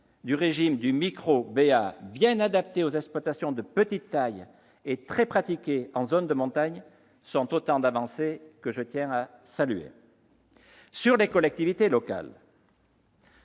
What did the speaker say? du régime du micro-BA, bien adapté aux exploitations de petite taille et très pratiqué en zone de montagne, sont autant d'avancées que je tiens à saluer. S'agissant des collectivités locales,